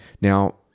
Now